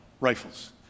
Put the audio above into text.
rifles